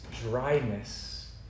dryness